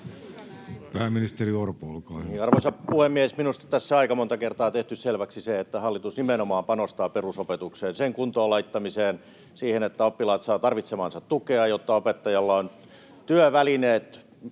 Pääministeri Orpo, olkaa hyvä. Arvoisa puhemies! Minusta tässä on aika monta kertaa tehty selväksi se, että hallitus nimenomaan panostaa perusopetukseen, sen kuntoon laittamiseen, siihen, että oppilaat saavat tarvitsemaansa tukea ja että opettajalla on työvälineet